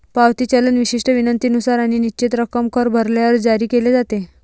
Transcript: पावती चलन विशिष्ट विनंतीनुसार आणि निश्चित रक्कम कर भरल्यावर जारी केले जाते